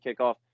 kickoff